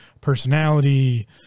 personality